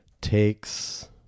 takes